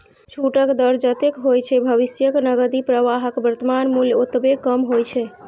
छूटक दर जतेक होइ छै, भविष्यक नकदी प्रवाहक वर्तमान मूल्य ओतबे कम होइ छै